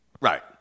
Right